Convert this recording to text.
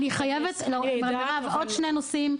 אני חייבת לעבור על עוד שני נושאים,